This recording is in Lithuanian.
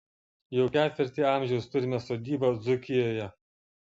jau ketvirtį amžiaus turime sodybą dzūkijoje